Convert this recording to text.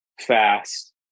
fast